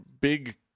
big